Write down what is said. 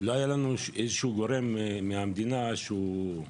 לא היה לנו איזה שהוא גורם מהמדינה שמקורב,